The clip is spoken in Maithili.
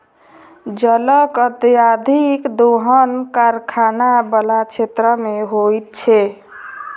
जलक अत्यधिक दोहन कारखाना बला क्षेत्र मे होइत छै